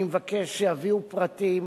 אני מבקש שיביאו פרטים,